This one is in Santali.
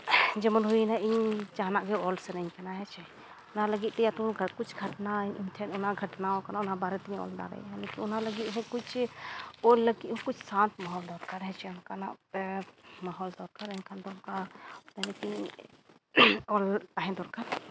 ᱡᱮᱢᱚᱱ ᱦᱩᱭᱮᱱᱟ ᱤᱧ ᱡᱟᱦᱟᱱᱟᱜᱼᱜᱮ ᱚᱞ ᱥᱟᱱᱟᱹᱧ ᱠᱟᱱᱟ ᱦᱮᱸᱥᱮ ᱚᱱᱟ ᱞᱟᱹᱜᱤᱫᱼᱛᱮ ᱜᱷᱟᱴᱱᱟ ᱤᱧᱴᱷᱮᱱ ᱚᱱᱟ ᱜᱷᱚᱴᱟᱣ ᱟᱠᱟᱱᱟ ᱚᱱᱟ ᱵᱟᱨᱮ ᱛᱮᱵᱚᱱ ᱚᱞ ᱫᱟᱲᱮᱭᱟᱜᱼᱟ ᱞᱤᱠᱤᱱ ᱚᱱᱟ ᱞᱟᱹᱜᱤᱫ ᱦᱚᱸ ᱠᱩᱪ ᱚᱞ ᱞᱟᱹᱜᱤᱫ ᱦᱚᱸᱛᱚ ᱥᱟᱱᱛ ᱢᱚᱦᱚᱞ ᱫᱚᱨᱠᱟᱨ ᱦᱮᱸᱪᱮ ᱚᱱᱠᱟᱱᱟᱜ ᱢᱚᱦᱚᱞ ᱫᱚᱨᱠᱟᱨ ᱮᱱᱠᱷᱟᱱ ᱫᱚ ᱚᱱᱠᱟ ᱢᱚᱱᱮᱛᱤᱧ ᱚᱞ ᱛᱟᱦᱮᱸ ᱫᱚᱨᱠᱟᱨ